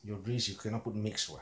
your race you cannot put mix [what]